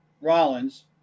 Rollins